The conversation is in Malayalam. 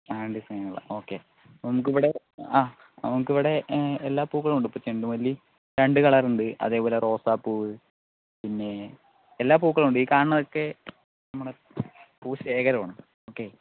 ഓക്കേ നമുക്ക് ഇവിടെ ആ നമുക്ക് ഇവിടെ എല്ലാ പൂക്കളും ഉണ്ട് ഇപ്പോൾ ചെണ്ടുമല്ലി രണ്ട് കളറുണ്ട് അതെ പോലെ റോസാ പൂവ് പിന്നെ എല്ലാ പൂക്കളും ഉണ്ട് ഈ കാണുന്നതൊക്കെ നമ്മുടെ പൂ ശേഖരം ആണ് ഓക്കേ